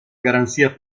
garanzia